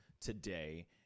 today